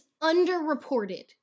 underreported